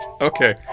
Okay